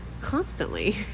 constantly